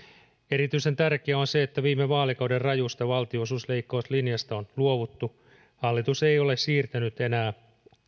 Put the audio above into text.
erityisen tärkeää on se että viime vaalikauden rajusta valtionosuusleikkauslinjasta on luovuttu hallitus ei ole siirtänyt enää